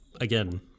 again